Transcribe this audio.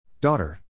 Daughter